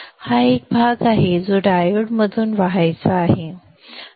हा एक भाग आहे जो डायोडमधून वाहायचा आहे